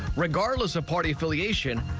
regardless of party affiliation,